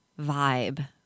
vibe